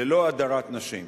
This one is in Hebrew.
ללא הדרת נשים.